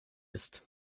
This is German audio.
ist